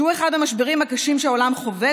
שהוא אחד המשברים הקשים שהעולם חווה,